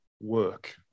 work